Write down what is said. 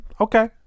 okay